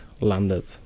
landed